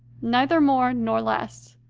neither more nor less.